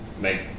make